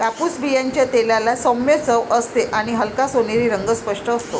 कापूस बियांच्या तेलाला सौम्य चव असते आणि हलका सोनेरी रंग स्पष्ट असतो